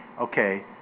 okay